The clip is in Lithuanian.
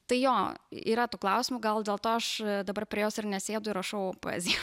tai jo yra tų klausimų gal dėl to aš dabar prie jos ir nesėdu ir rašau poeziją